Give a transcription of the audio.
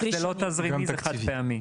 זה לא תזרימי, זה חד פעמי.